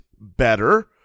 better